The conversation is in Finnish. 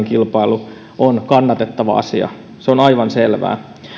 kilpailu on kannatettava asia se on aivan selvää